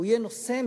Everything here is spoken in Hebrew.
הוא יהיה נושא,